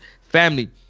family